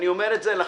אני אומר לכם,